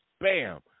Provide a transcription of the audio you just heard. Bam